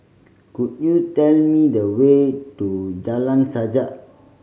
could you tell me the way to Jalan Sajak